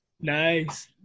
Nice